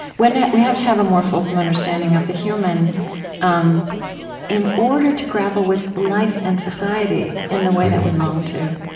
we have to have a more fulsome understanding of the human um in order to grapple with life and society in the way that we long to.